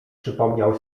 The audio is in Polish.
przypomniał